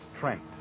Trent